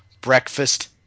Breakfast